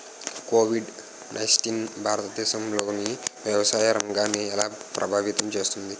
Covid nineteen భారతదేశంలోని వ్యవసాయ రంగాన్ని ఎలా ప్రభావితం చేస్తుంది?